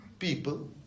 people